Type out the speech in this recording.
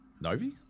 Novi